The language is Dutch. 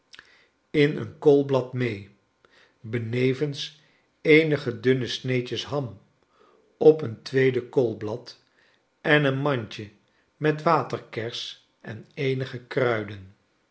in charles dickens een koolblad mee benevens eenige dunne sneedjes ham op een tweede koolblad en een mandje met waterkers en eenige kruiden